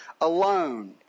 alone